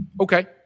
okay